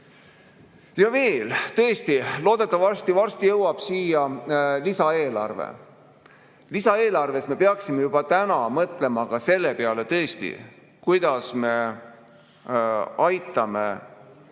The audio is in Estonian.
Ja veel: loodetavasti varsti jõuab siia lisaeelarve. Lisaeelarves me peaksime mõtlema ka selle peale, kuidas me aitame